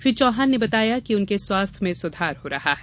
श्री चौहान ने बताया कि उनके स्वास्थ्य में सुधार हो रहा है